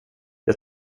jag